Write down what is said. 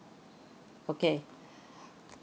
okay